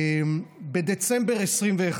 בדצמבר 2021,